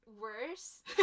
worse